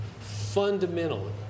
fundamentally